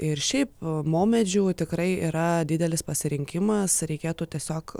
ir šiaip maumedžių tikrai yra didelis pasirinkimas reikėtų tiesiog